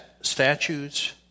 statutes